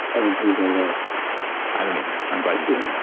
i don't believe that at all i don't either. i'm glad you said that